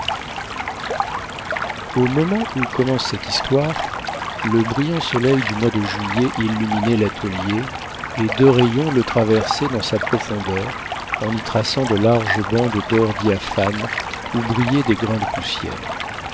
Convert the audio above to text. au moment où commence cette histoire le brillant soleil du mois de juillet illuminait l'atelier et deux rayons le traversaient dans sa profondeur en y traçant de larges bandes d'or diaphanes où brillaient des grains de poussière